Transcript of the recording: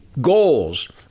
goals